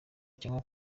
cyangwa